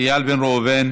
איל בן ראובן.